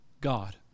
God